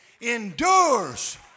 endures